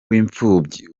w’imfubyi